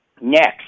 Next